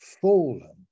fallen